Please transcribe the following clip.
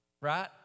Right